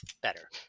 better